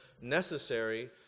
necessary